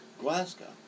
Glasgow